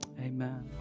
amen